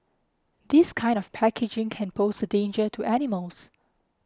this kind of packaging can pose a danger to animals